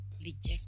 reject